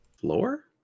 floor